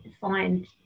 find